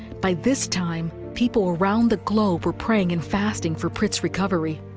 by this time, people around the globe were praying and fasting for prit's recovery.